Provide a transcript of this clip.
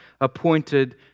appointed